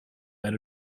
that